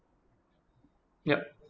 yup